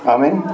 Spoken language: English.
Amen